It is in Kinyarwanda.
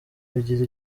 bigira